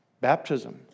baptism